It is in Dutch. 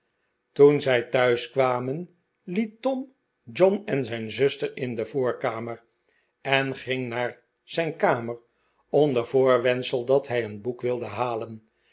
toen zij thuis kwamen liet tom john en zijn zuster in de voorkamer en ging naar zijn kamer onder voorwendsel dat hij een boek wilde halen